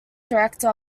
director